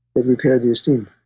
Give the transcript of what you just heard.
they've repaired the esteem.